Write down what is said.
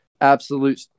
absolute